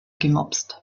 gemopst